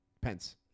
Pence